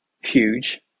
huge